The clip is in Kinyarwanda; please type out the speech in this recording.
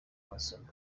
amasomo